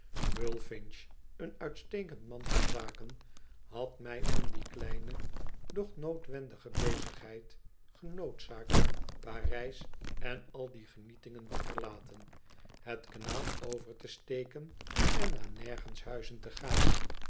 bullfinch een uitstekend man van zaken had mij om die kleine doch noodwendige bezigheid genoodzaakt parijs en al die genietingen te verlaten het kanaal over te steken en naar nergenshuizen te gaan